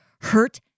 hurt